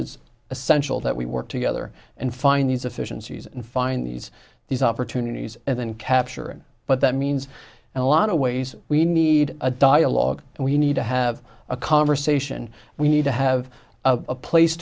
it's essential that we work together and find these efficiencies and find these these opportunities and then capture but that means a lot of ways we need a dialogue and we need to have a conversation we need to have a place